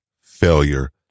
failure